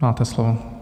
Máte slovo.